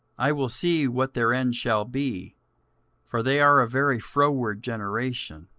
i will see what their end shall be for they are a very froward generation,